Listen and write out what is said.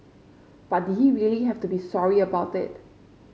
but did he really have to be sorry about it